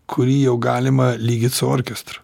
kurį jau galima lygit su orkestru